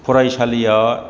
फरायसालिया